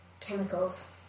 Chemicals